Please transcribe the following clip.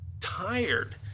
tired